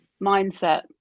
mindset